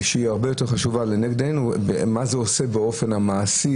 שהיא הרבה יותר חשובה לנגד עינינו במה זה עושה באופן המעשי